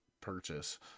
purchase